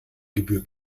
gebühr